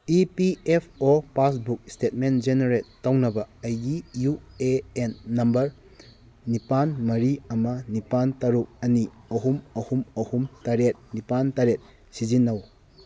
E P F O passbook statement generate ꯇꯧꯅꯕ ꯑꯩꯒꯤ U A N number ꯅꯤꯄꯥꯟ ꯃꯔꯤ ꯑꯃ ꯅꯤꯄꯥꯟ ꯇꯔꯨꯛ ꯑꯅꯤ ꯑꯍꯨꯝ ꯑꯍꯨꯝ ꯑꯍꯨꯝ ꯇꯔꯦꯠ ꯅꯤꯄꯥꯟ ꯇꯔꯦꯠ ꯁꯤꯖꯤꯟꯅꯧ